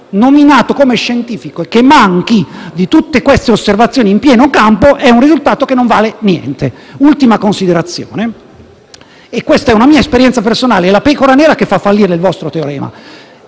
nominato come scientifico e che manchi di tutte queste osservazioni in pieno campo non vale niente. Faccio un'ultima considerazione, e questa è una mia esperienza personale: è la pecora nera che fa fallire il vostro teorema.